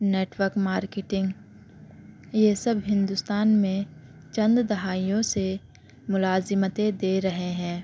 network marketing یہ سب ہندوستان میں چند دہائیوں سے ملازمتیں دے رہے ہیں